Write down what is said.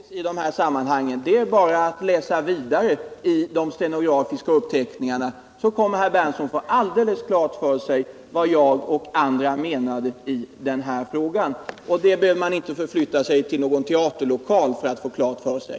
Herr talman! Nej, herr Berndtson, det är inte särskilt svårt att få klart för sig vad som avses i dessa sammanhang. Det är bara att läsa vidare i de stenografiska uppteckningarna, så kommer herr Berndtson att få alldeles klart för sig vad jag och andra menade i den här frågan. Detta behöver man inte förflytta sig till någon teaterlokal för att få klart för sig.